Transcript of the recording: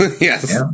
Yes